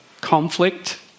conflict